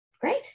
Great